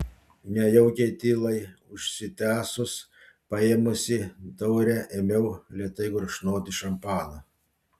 nejaukiai tylai užsitęsus paėmusi taurę ėmiau lėtai gurkšnoti šampaną